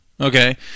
Okay